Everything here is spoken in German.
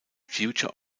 future